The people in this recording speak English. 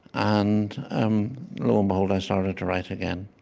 and um lo and behold, i started to write again.